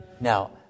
Now